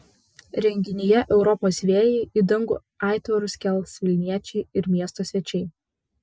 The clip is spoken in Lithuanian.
renginyje europos vėjai į dangų aitvarus kels vilniečiai ir miesto svečiai